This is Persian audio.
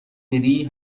میری